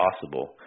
possible